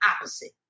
opposite